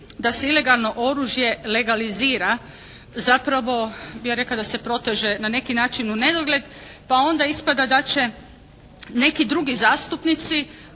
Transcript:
da se ilegalno oružje legalizira zapravo bi ja rekla da se proteže na neki način unedogled. Pa onda ispada da će neki drugi zastupnici